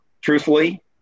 truthfully